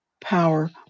power